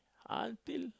until